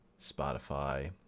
Spotify